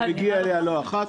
הוא גם הגיע אליה לא אחת.